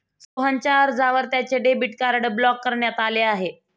सोहनच्या अर्जावर त्याचे डेबिट कार्ड ब्लॉक करण्यात आले आहे